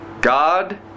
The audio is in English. God